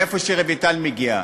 מאיפה רויטל מגיעה.